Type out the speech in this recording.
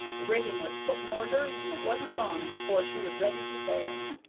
the rigging was put in order, and it wasn't long before she was ready to sail,